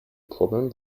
problem